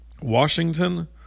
Washington